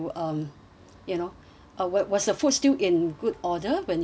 you know uh was was the food still in good order when you receive it